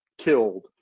Killed